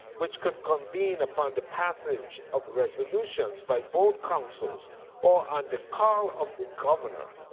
which could convene upon the passage of resolutions by both councils or on the call of the governor,